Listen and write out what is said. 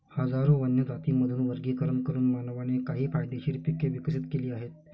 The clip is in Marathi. हजारो वन्य जातींमधून वर्गीकरण करून मानवाने काही फायदेशीर पिके विकसित केली आहेत